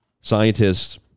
scientists